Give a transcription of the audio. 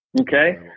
Okay